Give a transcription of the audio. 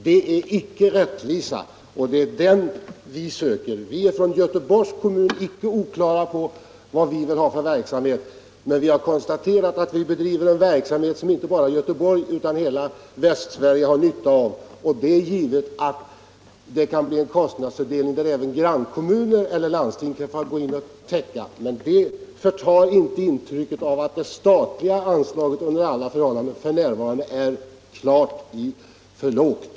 Det är icke rättvisa, Torsdagen den och det är rättvisa vi söker. Vi är från Göteborgs kommun icke oklara 30 oktober 1975 om vad vi vill ha för verksamhet. Men vi har konstaterat att vi bedriver. LL en verksamhet som inte bara Göteborg utan hela Västsverige har nytta — Om statligt stöd till av. Det är givet att det kan bli en kostnadsfördelning där även grann — museijärnvägar kommuner eller landsting bidrar. Men det förtar inte intrycket av att det statliga anslaget under alla förhållanden f.n. är klart för lågt.